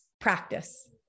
practice